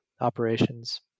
operations